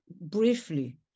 briefly